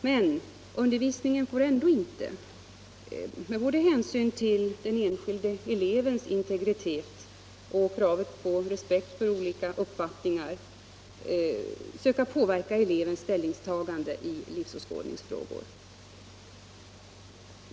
Men undervisningen får ändå inte, med hänsyn till både den enskilde elevens integritet och kravet på respekt för olika uppfattningar, söka påverka elevens ställningstagande i livsåskådningsfrågor.